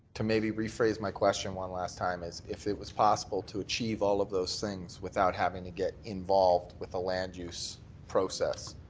to maybe rephrase my question one last time. if it was possible to achieve all of those things without having to get involved with a land use process,